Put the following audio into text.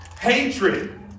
hatred